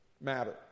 matter